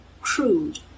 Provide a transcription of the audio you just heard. crude